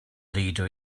leader